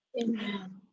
Amen